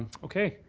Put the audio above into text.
okay.